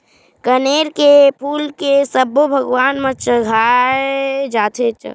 कनेर के फूल के सब्बो भगवान म चघाय जाथे